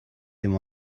dim